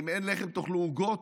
אם אין לחם, תאכלו עוגות?